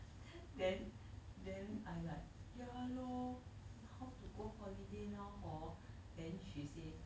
then then I like ya lor how to go holiday now hor then she say